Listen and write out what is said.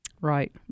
Right